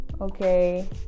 okay